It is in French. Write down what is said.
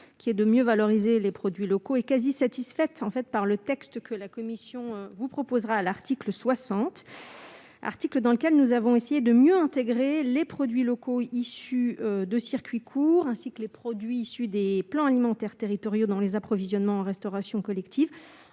qui est de mieux valoriser les produits locaux et quasi satisfaite en fait par le texte que la commission vous proposera à l'article 60 articles dans lequel nous avons essayé de mieux intégrer les produits locaux issus de circuits courts, ainsi que les produits issus des plans alimentaires territoriaux dans les approvisionnements en restauration collective